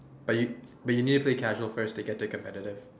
but you but you need to play casual first to get to play competitive